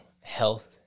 health